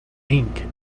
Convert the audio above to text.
ink